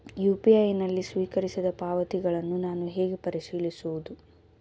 UPI ನಲ್ಲಿ ಸ್ವೀಕರಿಸಿದ ಪಾವತಿಗಳನ್ನು ನಾನು ಹೇಗೆ ಪರಿಶೀಲಿಸುವುದು?